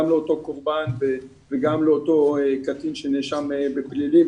לאותו קורבן וגם לאותו קטין שנאשם בפלילים,